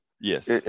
Yes